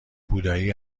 بودایی